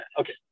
okay